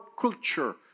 culture